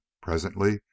Presently